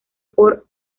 por